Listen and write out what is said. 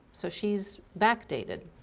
so she's back dated